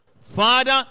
Father